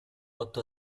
otto